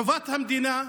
חובת המדינה,